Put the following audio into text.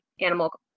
animal